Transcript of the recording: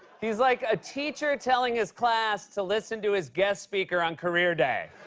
he's like a teacher telling his class to listen to his guest speaker on career day.